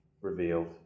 revealed